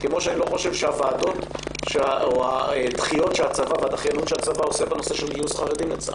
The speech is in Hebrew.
כפי שאני לא חושב שהדחיינות שהצבא עושה בנושא גיוס חרדים לצה"ל,